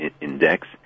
Index